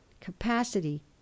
capacity